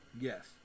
Yes